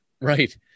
Right